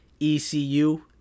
ECU